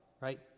right